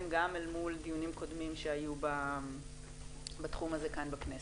גם אל מול דיונים קודמים שהיו בתחום הזה כאן בכנסת.